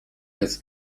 des